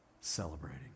celebrating